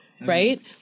Right